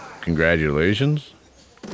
Congratulations